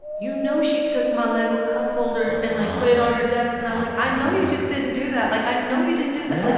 you know she took my lego cup holder and, like, put it on her desk. and i'm like, i know you just didn't do that. like, i know you didn't do that yeah like,